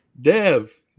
Dev